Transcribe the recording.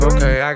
Okay